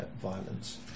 violence